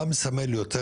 מה מסמל יותר